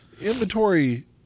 Inventory